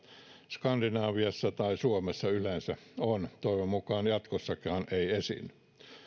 skandinaviassa tai suomessa yleensä on toivon mukaan jatkossakaan ei esiinny